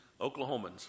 Oklahomans